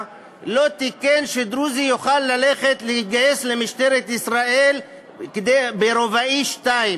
הוא לא תיקן שדרוזי יוכל ללכת ולהתגייס למשטרת ישראל כרובאי 2,